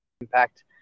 impact